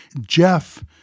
Jeff